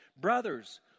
Brothers